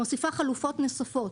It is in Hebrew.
מוסיפה חלופות נוספות.